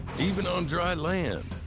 even on dry land.